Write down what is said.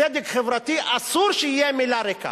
צדק חברתי אסור שיהיה מלה ריקה.